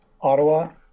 Ottawa